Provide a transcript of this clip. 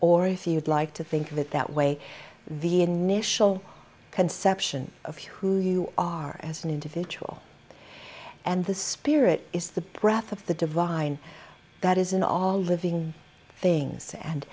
or if you'd like to think of it that way the initial conception of who you are as an individual and the spirit is the breath of the divine that is and all living things and